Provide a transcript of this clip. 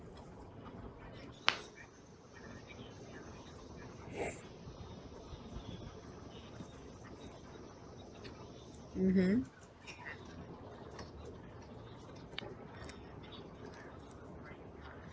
mmhmm